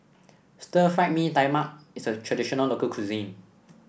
Stir Fried Mee Tai Mak is a traditional local cuisine